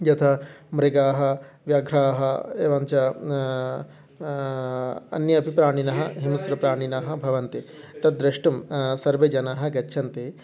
यथा मृगाः व्याघ्राः एवञ्च अन्ये अपि प्राणिनः हिम्स्रप्राणिनः भवन्ति तद् द्रष्टुं सर्वे जनाः गच्छन्ति